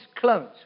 clones